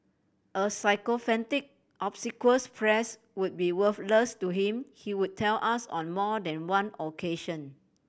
a sycophantic obsequious press would be worthless to him he would tell us on more than one occasion